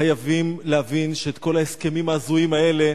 חייבים להבין שכל ההסכמים ההזויים האלה,